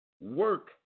work